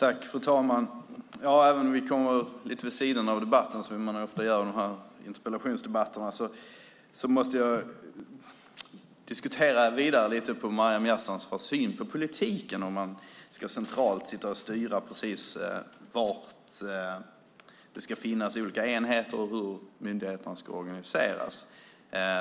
Fru talman! Även om vi kommer lite vid sidan av debatten, som vi ofta gör i interpellationsdebatterna, måste jag kommentera Maryam Yazdanfars syn på politiken och att man centralt ska styra var olika enheter ska finnas och hur myndigheter ska organiseras.